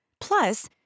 Plus